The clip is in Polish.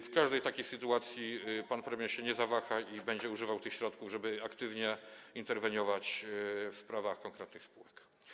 W każdej takiej sytuacji pan premier się nie zawaha i będzie używał tych środków, żeby aktywnie interweniować w sprawach konkretnych spółek.